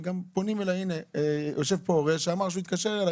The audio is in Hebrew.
יש פה הורה שאמר שהוא התקשר אלי.